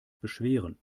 beschweren